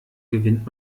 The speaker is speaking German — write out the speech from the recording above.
gewinnt